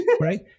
Right